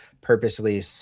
purposely